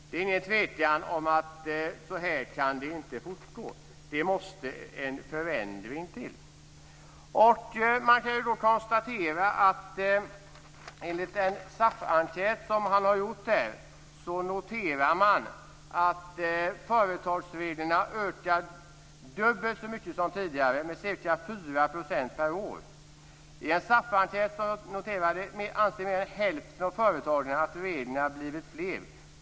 Det är ingen tvekan om att det inte kan fortgå så här. Det måste till en förändring. Enligt den SAF-enkät som har gjorts noterar man att företagsreglerna ökar dubbelt så mycket som tidigare med ca 4 % per år. I en SAF-enkät anser mer än hälften av företagen att reglerna blivit fler.